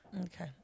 Okay